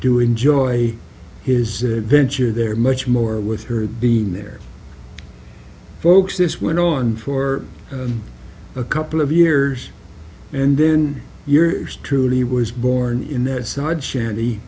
do enjoy his adventure there much more with her being there folks this went on for a couple of years and then yours truly was born in that side shanty